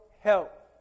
help